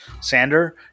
sander